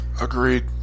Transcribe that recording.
Agreed